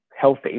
healthy